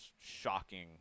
shocking